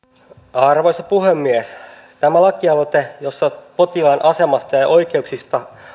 arvoisa puhemies tämä lakialoite jossa potilaan asemasta ja ja oikeuksista